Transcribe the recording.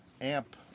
amp